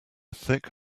thick